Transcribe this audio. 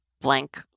blank